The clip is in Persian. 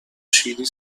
شیلی